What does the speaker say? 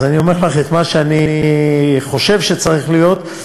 אז אני אומר לך את מה שאני חושב שצריך להיות.